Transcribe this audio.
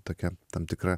tokia tam tikra